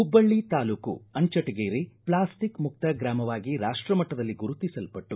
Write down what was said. ಹುಬ್ಬಳ್ಳಿ ತಾಲೂಕು ಅಂಚಟಗೇರಿ ಪ್ಲಾಸ್ಟಿಕ್ಮುಕ್ತ ಗ್ರಾಮವಾಗಿ ರಾಷ್ಟ ಮಟ್ಟದಲ್ಲಿ ಗುರುತಿಸಲ್ಲಟ್ಟು